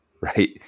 right